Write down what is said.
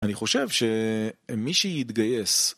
אני חושב שמי שיתגייס